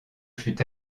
fut